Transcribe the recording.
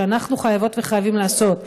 שאנחנו חייבות וחייבים לעשות,